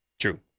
True